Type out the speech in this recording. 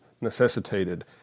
necessitated